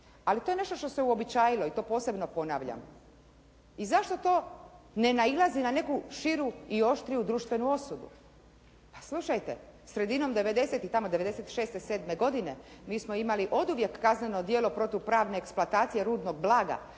ali to je nešto što se uobičajilo i to posebno ponavljam. I zašto to ne nailazi na neku širu i oštriju društvenu osudu. Pa slušajte, sredinom devedesetih, tamo 96., 97. godine mi smo imali oduvijek kazneno djelo protupravne eksploatacije rudnog blaga